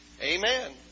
Amen